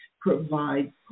provide